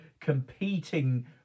competing